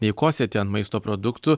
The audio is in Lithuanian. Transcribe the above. nei kosėti ant maisto produktų